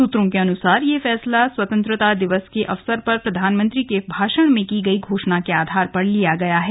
सूत्रों के अनुसार यह फैसला स्वतंत्रता दिवस के अवसर पर प्रधानमंत्री के भाषण में की गई घोषणा के आधार पर लिया गया है